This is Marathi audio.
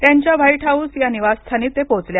त्यांच्या व्हाईट हाऊस या निवास स्थानी ते पोहचले